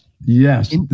Yes